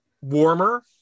warmer